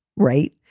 right.